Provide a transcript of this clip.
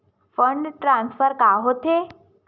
Fund transfer का होथे?